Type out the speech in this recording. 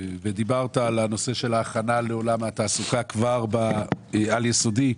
ודיברת על הנושא של ההכנה לעולם התעסוקה כבר בעל יסודי.